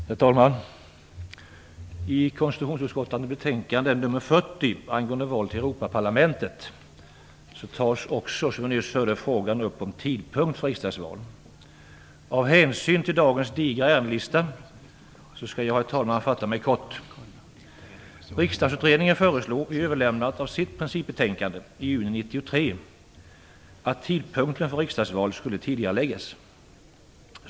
Herr talman! I konstitutionsutskottets betänkande nr 40 angående val till Europaparlamentet tas, som vi nyss hörde, frågan upp om tidpunkt för riksdagsval. Av hänsyn till dagens digra ärendelista skall jag fatta mig kort, herr talman. Riksdagsutredningen föreslog vid överlämnandet av sitt principbetänkande i juni 1993 att tidpunkten för riksdagsval skulle tidigareläggas.